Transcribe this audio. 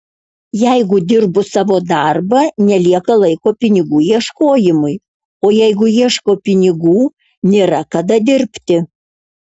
jeigu dirbu savo darbą nelieka laiko pinigų ieškojimui o jeigu ieškau pinigų nėra kada dirbti